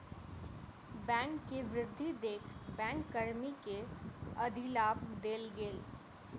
bank के वृद्धि देख बैंक कर्मी के अधिलाभ देल गेल